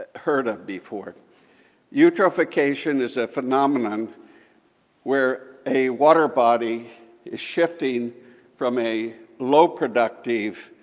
ah heard of before eutrophication is a phenomenon where a water body is shifting from a low productive,